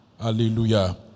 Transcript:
Hallelujah